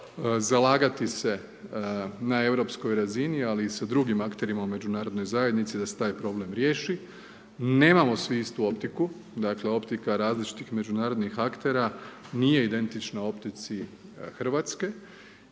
zalagati se na europskoj razini, ali i sa drugim akterima u međunarodnoj zajednici da se taj problem riješi. Nemamo svi istu optiku, dakle optika različitih međunarodnih aktera nije identična optici Hrvatske